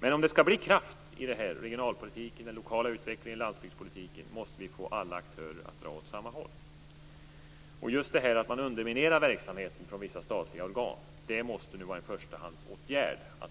Men om det skall bli någon kraft i regionalpolitiken, den lokala utvecklingen och landsbygdspolitiken måste vi få alla aktörer att dra åt samma håll. Det måste vara en förstahandsåtgärd att få stopp på att vissa statliga organ underminerar verksamheten.